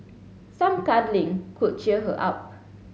some cuddling could cheer her up